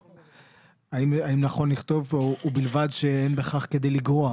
האם נכון לכתוב פה 'ובלבד שאין בכך כדי לגרוע',